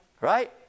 right